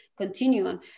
continuum